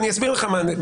אני אסביר לך.